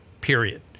period